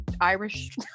Irish